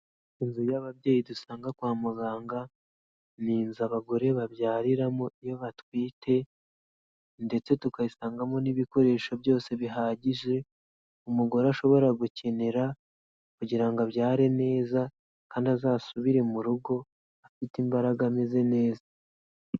Inzu y'ababyeyi dusanga kwa muganga, ni inzu abagore babyariramo iyo batwite, ndetse tukayisangamo n'ibikoresho byose bihagije, umugore ashobora gukenera kugira ngo abyare neza, kandi azasubire mu rugo afite imbaraga ameze neza.